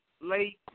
late